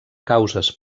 causes